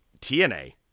TNA